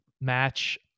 match